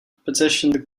petitioned